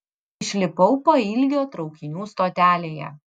išlipau pailgio traukinių stotelėje